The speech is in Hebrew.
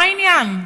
מה העניין?